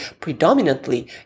predominantly